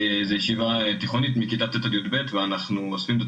שזו ישיבה תיכונית מכיתה ט' ועד כיתה י"ב ואנחנו מניחים כולנו